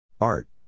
Art